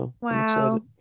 Wow